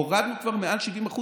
הורדנו כבר מעל 70%,